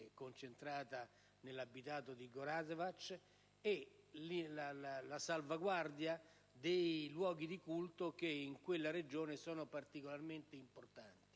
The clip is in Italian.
concentrata nell'abitato di Gorazdevac), e della salvaguardia dei luoghi di culto che in quella regione sono particolarmente importanti: